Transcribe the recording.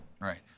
Right